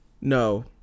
no